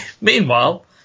Meanwhile